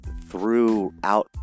throughout